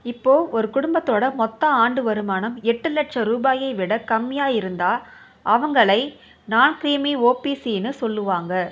இப்போது ஒரு குடும்பத்தோட மொத்த ஆண்டு வருமானம் எட்டு லட்ச ரூபாயை விட கம்மியாக இருந்தால் அவர்களை நான்க்ரீமி ஓபிசின்னு சொல்லுவாங்க